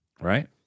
Right